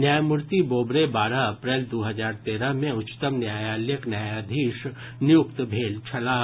न्यायमूर्ति बोबड़े बारह अप्रैल दू हजार तेरह मे उच्चतम न्यायालयक न्यायाधीश नियुक्त भेल छलाह